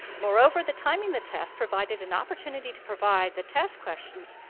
moreover, the timing the test provided an opportunity to provide the test questions,